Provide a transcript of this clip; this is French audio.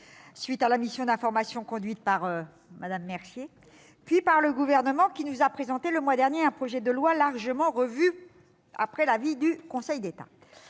suite de la mission d'information conduite par Mme Mercier, puis par le Gouvernement, qui nous a présenté le mois dernier un projet de loi largement revu après l'avis du Conseil d'État.